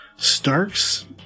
Starks